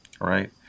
Right